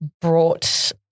brought